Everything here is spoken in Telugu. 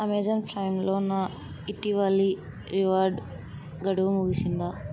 అమెజాన్ ప్రైమ్లో నా ఇటీవలి రివార్డ్ గడువు ముగిసిందా